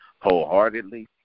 wholeheartedly